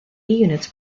units